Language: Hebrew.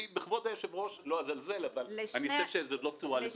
לא אזלזל בכבוד היושב-ראש אבל אני חושב שזה לא צורה להתנהל.